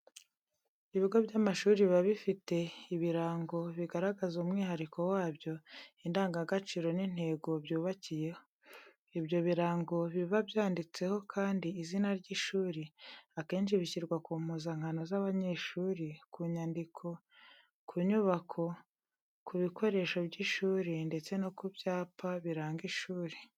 Ibigo by'amashuri biba bifite ibirango bigaragaza umwihariko wabyo, indangagaciro n'intego byubakiyeho. Ibyo birango biba byanditseho kandi izina ry'ishuri, akenshi bishyirwa ku mpuzankano z'abanyeshuri, ku nyandiko, ku nyubako, ku bikoresho by'ishuri ndetse no ku byapa biranga ishuri.